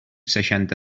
seixanta